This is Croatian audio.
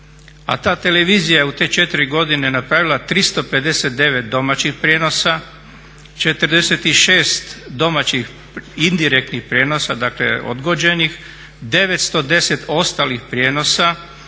A ta televizija u te 4 godine je napravila 359 domaćih prijenosa, 46 domaćih indirektnih prijenosa dakle odgođenih, 910 ostalih prijenosa,